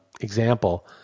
example